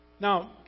Now